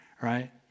right